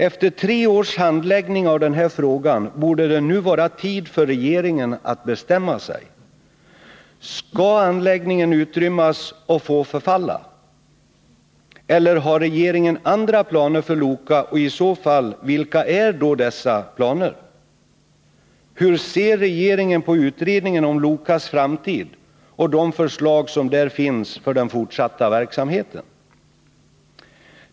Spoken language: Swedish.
Efter tre års handläggning av den här frågan borde det nu vara tid för regeringen att bestämma sig. Skall anläggningen utrymmas och få förfalla? Eller har regeringen andra planer för Loka, och vilka är i så fall dessa planer? Hur ser regeringen på utredningen om ”Lokas framtid” och de förslag som där finns för den fortsatta verksamheten?